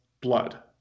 blood